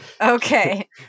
Okay